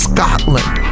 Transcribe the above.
Scotland